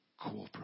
corporate